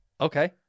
Okay